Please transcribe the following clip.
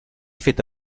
fet